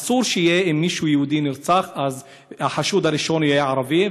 אסור שיהיה שאם מישהו יהודי נרצח אז החשוד הראשון יהיה ערבי.